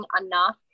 enough